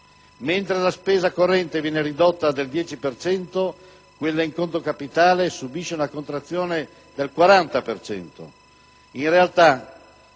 Mentre la spesa corrente viene ridotta del 10 per cento, quella in conto capitale subisce una contrazione del 40